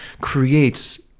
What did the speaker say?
creates